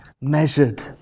measured